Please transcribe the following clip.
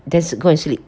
just go and sleep